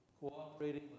cooperating